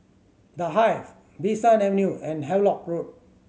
The Hive Bee San Avenue and Havelock Road